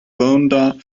vonda